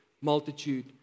multitude